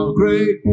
great